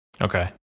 Okay